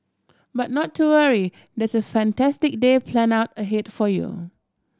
but not to worry there's a fantastic day planned out ahead for you